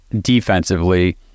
defensively